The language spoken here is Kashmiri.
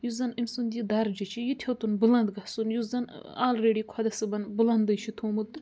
یُس زن أمۍ سُنٛد یہِ درجہٕ چھُ یہِ ہیوٚتُن بلند گَژھُن یُس زن آلریٚڈی خۄدا صٲبن بُلنٛدٕے چھُ تھوٚمُت تہٕ